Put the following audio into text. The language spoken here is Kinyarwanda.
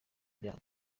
ibyaha